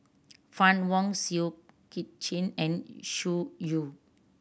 Fann Wong Seow Kit Chin and Xu Yu